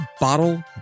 bottle